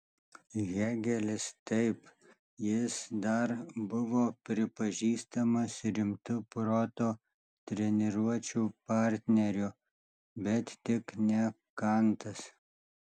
hėgelis taip jis dar buvo pripažįstamas rimtu proto treniruočių partneriu bet tik ne kantas